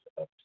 up